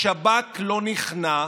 השב"כ לא נכנע.